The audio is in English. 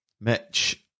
Mitch